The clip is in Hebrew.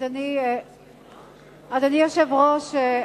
אדוני היושב-ראש,